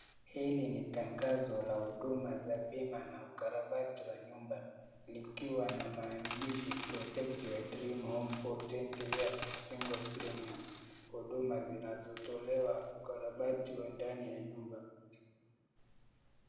Hili ni tangazo la huduma za bima na ukarabati wa nyumba likiwa na maandishi protect your dream home for 20 years with single premium huduma zinazotolewa ukarabati wa ndani ya nyumba.